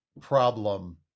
problem